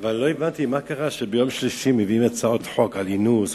לא הבנתי מה קרה שביום שלישי מביאים הצעות חוק על אינוס,